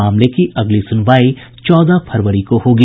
मामले की अगली सुनवाई चौदह फरवरी को होगी